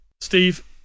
Steve